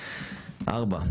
ארבע,